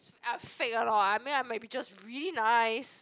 ah fake one lor I mean I may be just really nice